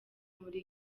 muri